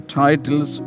titles